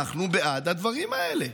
אנחנו בעד הדברים האלה.